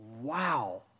wow